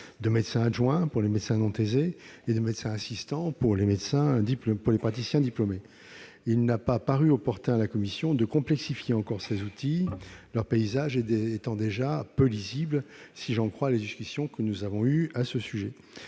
de médecin adjoint, pour les médecins non thésés, et de médecin assistant, pour les praticiens diplômés. Il n'a pas paru opportun à la commission de complexifier encore ces outils, leur paysage étant déjà peu lisible, si j'en crois les discussions que nous avons eues à ce sujet.